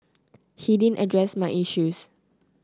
he didn't address my issues